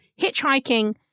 hitchhiking